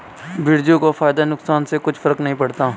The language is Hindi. बिरजू को फायदा नुकसान से कुछ फर्क नहीं पड़ता